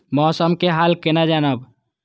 मौसम के हाल केना जानब?